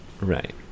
right